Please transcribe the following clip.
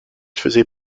faisait